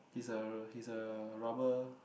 he's a he's a rubber